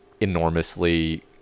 enormously